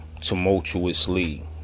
tumultuously